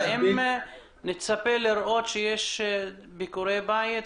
האם נצפה לראות ביקורי בית?